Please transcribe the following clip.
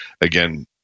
Again